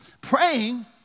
praying